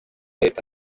leta